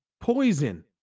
poison